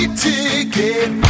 ticket